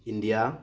India